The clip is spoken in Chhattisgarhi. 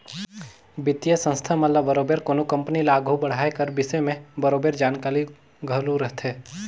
बित्तीय संस्था मन ल बरोबेर कोनो कंपनी ल आघु बढ़ाए कर बिसे में बरोबेर जानकारी घलो रहथे